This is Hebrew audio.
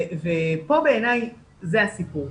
ופה בעיני זה הסיפור.